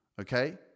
Okay